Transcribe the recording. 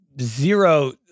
zero